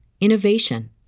innovation